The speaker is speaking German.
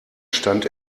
stand